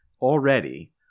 Already